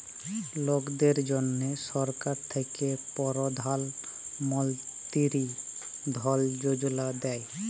লকদের জ্যনহে সরকার থ্যাকে পরধাল মলতিরি ধল যোজলা দেই